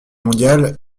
mondiale